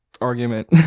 argument